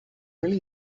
really